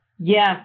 Yes